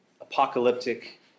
apocalyptic